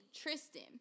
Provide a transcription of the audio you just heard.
Tristan